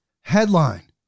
headline